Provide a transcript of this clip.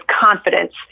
confidence